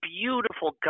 beautiful